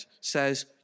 says